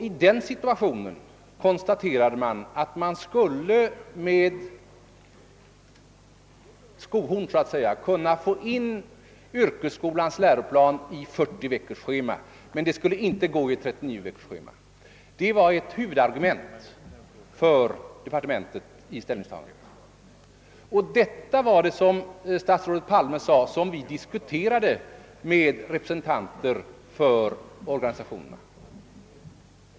I den situationen konstaterades att man så att säga med skohorn skulle kunna få in yrkesskolans nuvarande läroplan i ett 40-veckorsschema medan det skulle vara omöjligt vid 39 veckorsschema. Detta var ett huvud argument för departementet vid ställningstagandet. Detta diskuterade vi, som statsrådet Palme sade, med representanter för organisationerna.